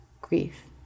grief